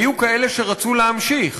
היו כאלה שרצו להמשיך.